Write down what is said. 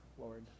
Lord